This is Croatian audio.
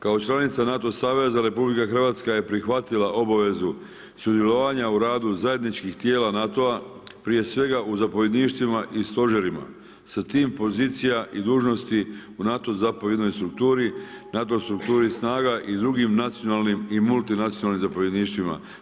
Kao članica NATO saveza RH je prihvatila obavezu sudjelovanja u radu zajedničkih tijela NATO-a prije svega u zapovjedništvima i stožerima sa tim pozicija i dužnosti u NATO zapovjednoj strukturi, NATO strukturi snaga i drugih nacionalnim i multinacionalnim zapovjedništvima.